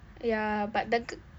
ya but the gu~